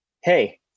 hey